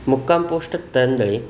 मुक्काम पोस्ट तरंदळे